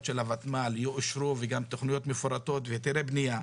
של הותמ"ל יאושרו וגם תכניות מפורטות והיתרי בניה,